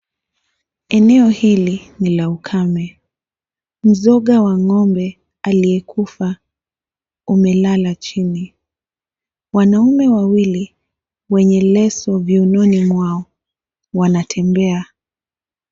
Eneo hili ni la ukame, mzoga wa ng'ombe aliyekufa umelala chini. Wanaume wawili kwenye leso viunoni mwao, wanatembea.